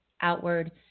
outward